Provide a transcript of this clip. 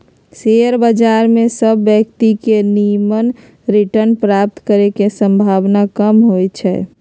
share बजार में सभ व्यक्तिय के निम्मन रिटर्न प्राप्त करे के संभावना कम होइ छइ